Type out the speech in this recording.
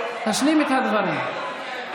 תשלים את הדברים.